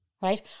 right